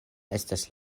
estas